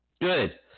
good